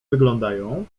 wyglądają